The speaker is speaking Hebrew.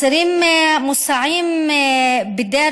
אני מדברת על סבל של 1,800 אסירים המוסעים מדי